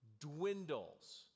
dwindles